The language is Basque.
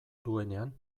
duenean